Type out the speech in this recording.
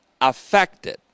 affected